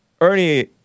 Ernie